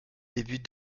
débute